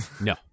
No